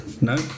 No